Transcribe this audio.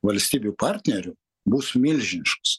valstybių partnerių bus milžiniškas